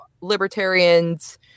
libertarians